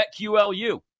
BetQLU